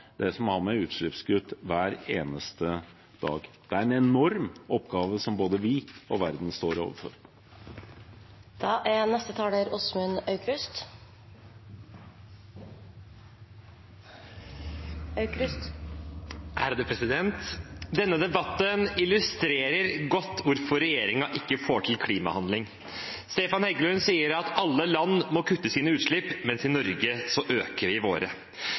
det som har med utslippskutt å gjøre, hver eneste dag. Det er en enorm oppgave som både vi og verden står overfor. Denne debatten illustrerer godt hvorfor regjeringen ikke får til klimahandling. Stefan Heggelund sier at alle land må kutte sine utslipp, men i Norge øker